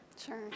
Sure